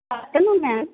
afternoon ma'am